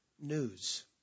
news